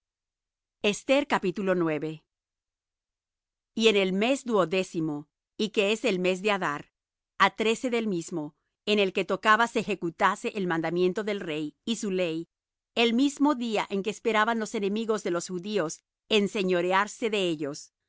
y en el mes duodécimo y que es el mes de adar á trece del mismo en el que tocaba se ejecutase el mandamiento del rey y su ley el mismo día en que esperaban los enemigos de los judíos enseñorearse de ellos